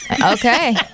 Okay